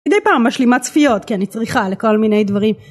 מדי פעם משלימה צפיות כי אני צריכה לכל מיני דברים.